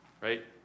right